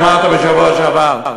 אמרת בשבוע שעבר.